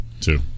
two